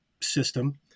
system